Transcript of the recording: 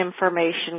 information